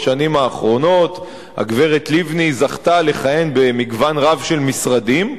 בשנים האחרונות הגברת לבני זכתה לכהן במגוון רב של משרדים.